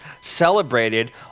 celebrated